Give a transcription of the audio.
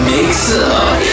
Mix-Up